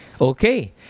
okay